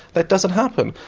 that doesn't happen,